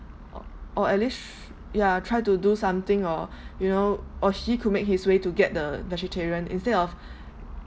or at least ya try to do something or you know or he could make his way to get the vegetarian instead of